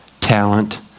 talent